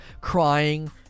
crying